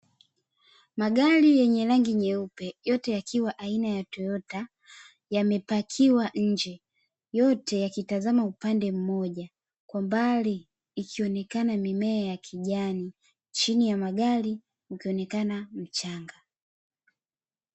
Magari yenye rangi nyeupe yote yakiwa aina ya "toyota" yamepakiwa nje yote yakitazama upande mmoja, kwa mbali ikionekana mimea ya kijani chini ya magari ukionekana mchanga.